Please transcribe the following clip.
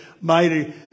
mighty